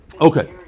Okay